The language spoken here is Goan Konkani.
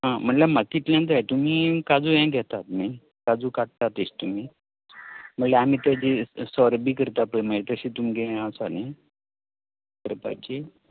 हां म्हळ्यार म्हाका इतलेंच जाय तुमी काजू हें घेतात न्ही काजू काडटात एक तुमी म्हळ्यार आमी तेजेर सोरो बी करतात पळय मागीर तशें तुमगें हें आसा न्ही करपाची